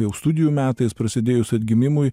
jau studijų metais prasidėjus atgimimui